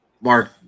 Mark